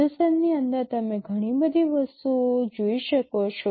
પ્રોસેસરની અંદર તમે ઘણી બધી વસ્તુઓ જોઈ શકો છો